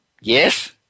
yes